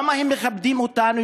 למה הם מכבדים אותנו?